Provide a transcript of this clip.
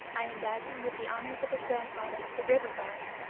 i endowed him with the honors of his grandfather, the river-god.